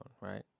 right